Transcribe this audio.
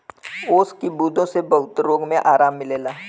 ओस की बूँदो से बहुत रोग मे आराम मिलेला